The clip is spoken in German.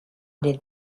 den